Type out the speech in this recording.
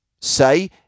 say